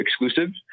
exclusive